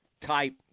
type